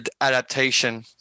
adaptation